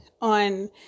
on